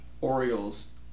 Orioles